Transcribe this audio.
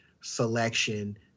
selection